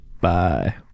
Bye